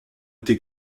été